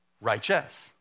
righteous